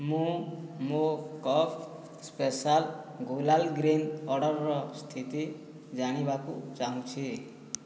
ମୁଁ ମୋ କକ୍ ସ୍ପେଶାଲ୍ ଗୁଲାଲ୍ ଗ୍ରୀନ୍ ଅର୍ଡ଼ର୍ର ସ୍ଥିତି ଜାଣିବାକୁ ଚାହୁଁଛି